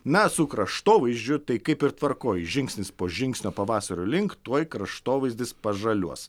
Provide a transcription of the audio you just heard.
na su kraštovaizdžiu tai kaip ir tvarkoj žingsnis po žingsnio pavasario link tuoj kraštovaizdis pažaliuos